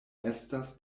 estas